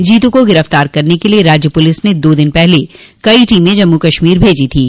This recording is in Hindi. जीतू को गिरफ्तार करने के लिए राज्य पुलिस ने दो दिन पहले कई टीमें जम्मू कश्मीर भेजी थीं